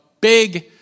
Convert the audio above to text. big